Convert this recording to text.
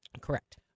Correct